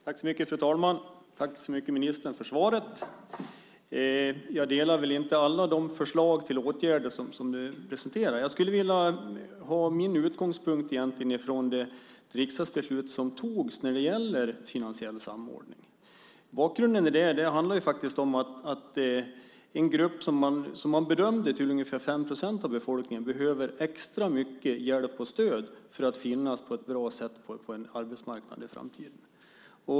Fru talman! Jag vill tacka ministern så mycket för svaret. Jag delar inte alla förslag till åtgärder som du presenterar. Min utgångspunkt är det riksdagsbeslut som fattades om finansiell samordning. Det gäller den grupp som man bedömde utgör 5 procent av befolkningen och som behöver extra mycket hjälp och stöd för att finnas på ett bra sätt på en arbetsmarknad i framtiden.